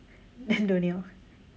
then don't need orh